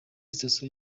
station